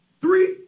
Three